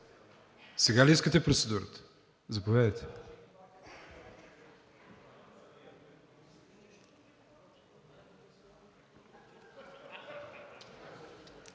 Сега ли искате процедурата? Заповядайте.